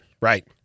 right